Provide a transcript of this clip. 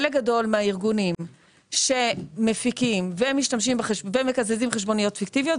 חלק גדול מהארגונים שמפיקים ומקזזים חשבוניות פיקטיביות,